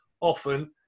Often